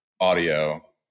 audio